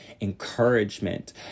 encouragement